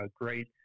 great